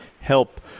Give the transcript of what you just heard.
help